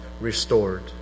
restored